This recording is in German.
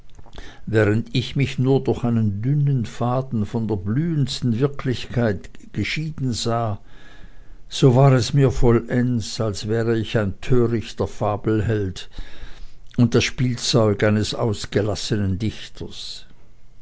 während ich mich nur durch einen dünnen faden von der blühendsten wirklichkeit geschieden sah so war es mir vollends als wäre ich ein törichter fabelheld und das spielzeug eines ausgelassenen dichters